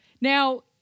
Now